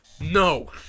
No